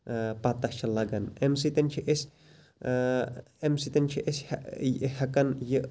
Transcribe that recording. پَتاہ چھِ لَگان امہِ سۭتۍ چھِ أسۍ امہِ سۭتۍ چھِ أسۍ ہیٚکان یہِ پوٚز زٲنِتھ